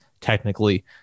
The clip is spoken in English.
technically